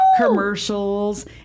commercials